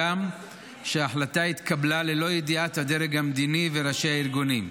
הגם שההחלטה התקבלה ללא ידיעת הדרג המדיני וראשי הארגונים.